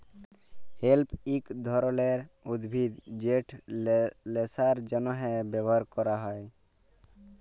hemp ইক ধরলের উদ্ভিদ যেট ল্যাশার জ্যনহে ব্যাভার ক্যরা হ্যয়